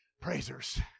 praisers